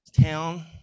town